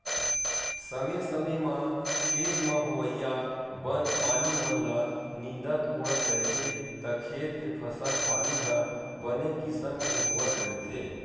समे समे म खेत म होवइया बन पानी मन ल नींदत कोड़त रहिबे त खेत के फसल पानी ह बने किसम के होवत रहिथे